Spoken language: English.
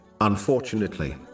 Unfortunately